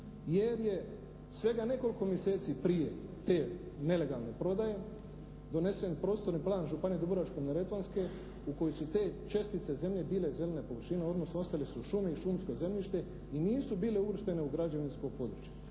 jer je svega nekoliko mjeseci prije te nelegalne prodaje, donesen prostorni plan Županije dubrovačko-neretvanske u kojoj su te čestice zemlje bile zelene površine, odnosno ostale su šumi i šumsko zemljište i nisu bile uvrštene u građevinsko područje.